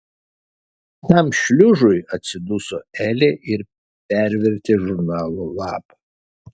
tam šliužui atsiduso elė ir pervertė žurnalo lapą